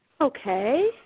Okay